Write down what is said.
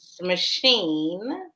Machine